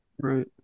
Right